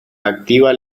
activa